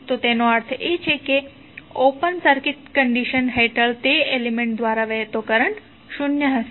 તો તેનો અર્થ એ કે ઓપન સર્કિટ કંડિશન હેઠળ તે એલિમેન્ટ્ દ્વારા વહેતો કરંટ શૂન્ય હશે